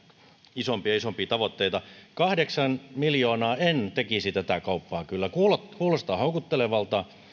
isompia ja isompia tavoitteita kahdeksan miljoonaa en tekisi tätä kauppaa kyllä kuulostaa kuulostaa houkuttelevalta